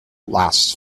lasts